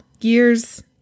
years